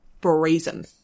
brazen